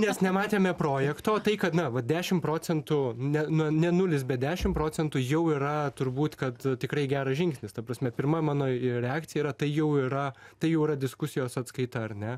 mes nematėme projekto tai kad na vat dešim procentų ne nuo nulis bet dešim procentų jau yra turbūt kad tikrai geras žingsnis ta prasme pirma mano reakcija yra tai jau yra tai jau yra diskusijos atskaita ar ne